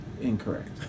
incorrect